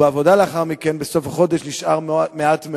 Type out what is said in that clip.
ובעבודה, לאחר מכן, בסוף החודש, נשאר מעט מאוד,